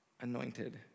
anointed